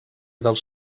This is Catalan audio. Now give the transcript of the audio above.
dels